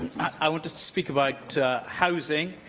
i want to speak about housing,